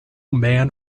man